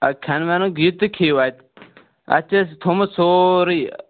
آ کھیٚن ویٚنُک یہِ تُہۍ کھیٚیِو اَتہِ اَتہِ چھُ اَسہِ تھوٚومُت سورُے